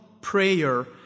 prayer